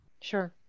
Sure